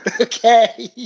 Okay